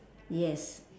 yes